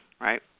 right